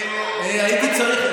הייתי צריך,